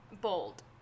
Bold